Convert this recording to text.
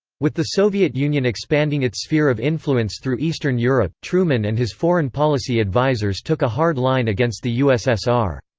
with the soviet union expanding its sphere of influence through eastern europe, truman and his foreign policy advisors took a hard line against the ussr.